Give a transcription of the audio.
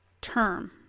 term